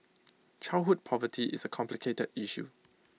childhood poverty is A complicated issue